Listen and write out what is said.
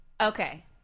Okay